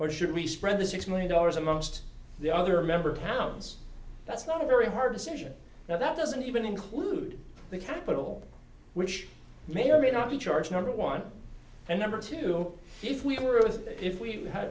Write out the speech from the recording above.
or should be spread the six million dollars amongst the other member towns that's not a very hard decision now that doesn't even include the capital which may or may not be charge number one and number two if we